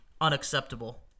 unacceptable